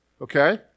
okay